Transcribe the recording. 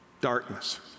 darkness